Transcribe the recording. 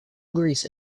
greece